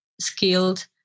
skilled